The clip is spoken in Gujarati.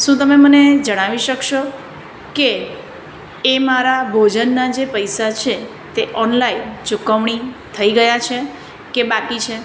શું તમે મને જણાવી શકશો કે એ મારા ભોજનના જે પૈસા છે તે ઓનલાઈન ચુકવણી થઈ ગયા છે કે બાકી છે